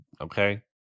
okay